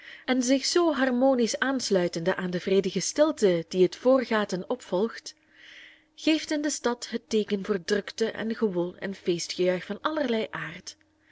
en zich zoo harmonisch aansluitende aan de vredige stilte die het voorgaat en opvolgt geeft in de stad het teeken voor drukte en gewoel en feestgejuich van allerlei aard